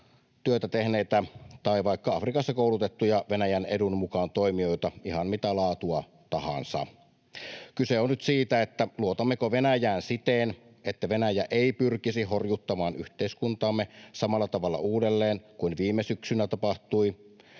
työtä tehneitä tai vaikka Afrikassa koulutettuja Venäjän edun mukaan toimijoita, ihan mitä laatua tahansa. Kyse on nyt siitä, luotammeko Venäjään siten, että Venäjä ei pyrkisi horjuttamaan yhteiskuntaamme samalla tavalla uudelleen kuin viime syksynä tapahtui.